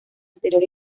anterior